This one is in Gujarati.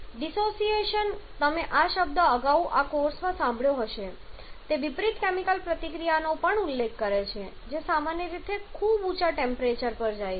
ડિસોસિએશન તમે આ શબ્દ અગાઉ આ કોર્સમાં સાંભળ્યો હશે તે વિપરીત કેમિકલ પ્રતિક્રિયાનો પણ ઉલ્લેખ કરે છે જે સામાન્ય રીતે ખૂબ ઊંચા ટેમ્પરેચરે થાય છે